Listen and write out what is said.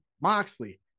Moxley